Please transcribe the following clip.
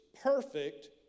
perfect